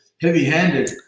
heavy-handed